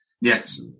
Yes